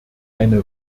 eine